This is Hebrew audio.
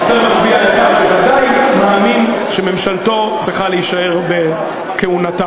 חסר מצביע אחד שוודאי מאמין שממשלתו צריכה להישאר בכהונתה.